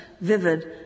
vivid